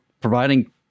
providing